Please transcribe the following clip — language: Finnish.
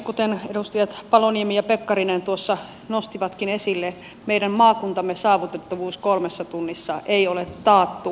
kuten edustajat paloniemi ja pekkarinen tuossa nostivatkin esille meidän maakuntamme saavutettavuus kolmessa tunnissa ei ole taattu